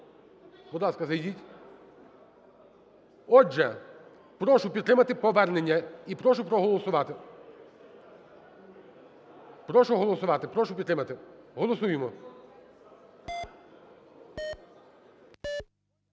Будь ласка, зайдіть. Отже, прошу підтримати повернення і прошу проголосувати, прошу голосувати, прошу підтримати, голосуємо.